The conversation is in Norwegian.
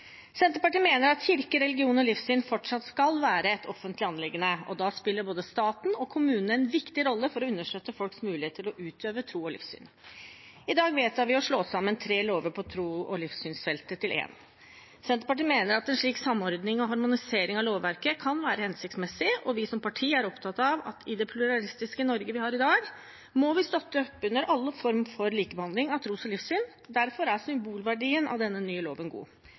Senterpartiet mener at kirke, religion og livssyn fortsatt skal være et offentlig anliggende, og da spiller både staten og kommunen en viktig rolle for å understøtte folks muligheter til å utøve tro og livssyn. I dag vedtar vi å slå sammen tre lover på tro- og livssynsfeltet til én. Senterpartiet mener at en slik samordning og harmonisering av lovverket kan være hensiktsmessig. Vi som parti er opptatt av at i det pluralistiske Norge vi har i dag, må vi støtte opp under alle former for likebehandling av tro og livssyn. Derfor er symbolverdien av denne nye loven god.